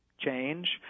Change